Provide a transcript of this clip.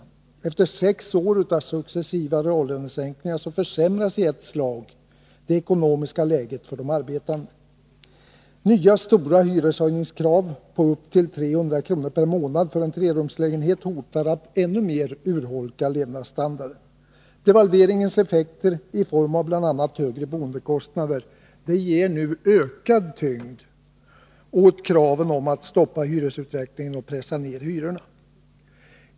Efter 15 november 1982 sex år av successiva reallönesänkningar försämras i ett slag det ekonomiska — oo läget för de arbetande. Nya stora hyreshöjningskrav på upp till 300 kr. per Om åtgärder mot månad för en trerumslägenhet hotar att ännu mer urholka levnadsstandar hyreshöjningar, den. Devalveringens effekter i form av bl.a. högre boendekostnader ger nu m.m. ökad tyngd åt kraven om att stoppa hyresutvecklingen och pressa ned hyrorna.